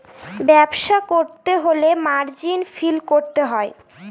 ব্যবসা করতে হলে মার্জিন ফিল করতে হয়